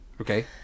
Okay